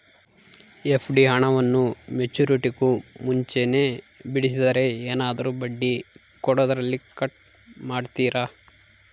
FD ಹಣವನ್ನು ಮೆಚ್ಯೂರಿಟಿಗೂ ಮುಂಚೆನೇ ಬಿಡಿಸಿದರೆ ಏನಾದರೂ ಬಡ್ಡಿ ಕೊಡೋದರಲ್ಲಿ ಕಟ್ ಮಾಡ್ತೇರಾ?